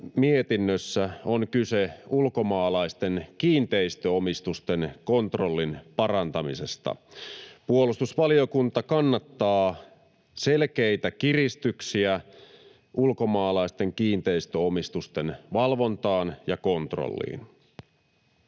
mietinnössä on kyse ulkomaalaisten kiinteistöomistusten kontrollin parantamisesta. Puolustusvaliokunta kannattaa selkeitä kiristyksiä ulkomaalaisten kiinteistöomistusten valvontaan ja kontrolliin.